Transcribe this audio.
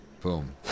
boom